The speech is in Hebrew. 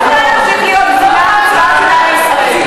היא לא יכולה להמשיך להיות קצינה בצבא הגנה לישראל.